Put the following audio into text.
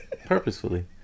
Purposefully